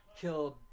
Killed